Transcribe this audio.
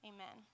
Amen